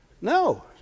No